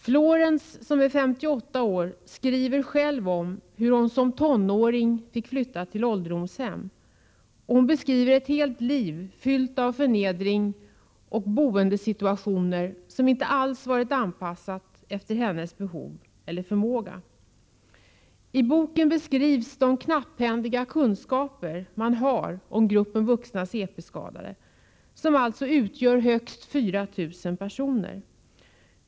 Florence, som är 58 år, skriver själv om hur hon som tonåring flyttades till ett ålderdomshem. Hon beskriver ett helt liv fyllt av förnedring och boendesituationer som inte alls varit anpassade efter hennes behov eller förmåga. I boken redogörs för de knapphändiga kunskaper vi har om gruppen vuxna cp-skadade, som alltså utgör högst 4 000 personer.